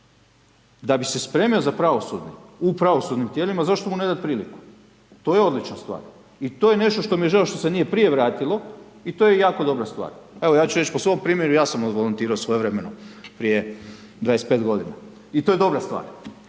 da bi se spremio za pravosudni u pravosudnim tijelima, zašto mu ne dati priliku, to je odlična stvari i to je nešto što mi je žao što se nije prije vratilo i to je jako dobra stvar. Evo, ja ću reći po svom primjeru, ja sam odvolontirao svojevremeno prije 25 g. i to je dobra stvar.